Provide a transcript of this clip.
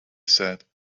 said